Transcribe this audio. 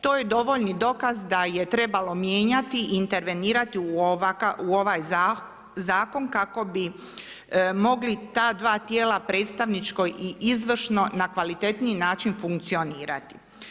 To je dovoljni dokaz da je trebalo mijenjati i intervenirati u ovaj zakon kako bi mogli ta dva tijela predstavničko i izvršno na kvalitetniji način funkcionirati.